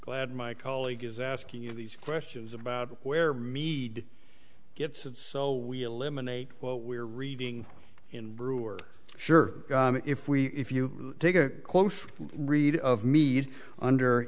glad my colleague is asking you these questions about where mead gets so we eliminate what we're reading in brewer sure if we if you take a close read of mead under